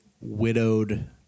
widowed